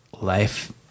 life